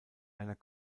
einer